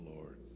Lord